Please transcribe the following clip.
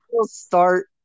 start